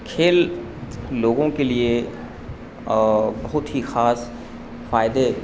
کھیل لوگوں کے لیے بہت ہی خاص فائدے